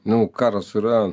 na karas yra